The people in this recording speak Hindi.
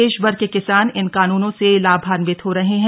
देशभर के किसान इन कानूनों से लाभान्वित हो रहे हैं